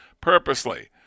purposely